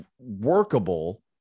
workable